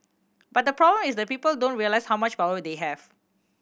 but the problem is that people don't realise how much power they have